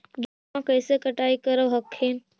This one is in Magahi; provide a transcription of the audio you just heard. गेहुमा कैसे कटाई करब हखिन?